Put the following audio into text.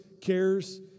cares